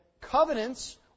covenants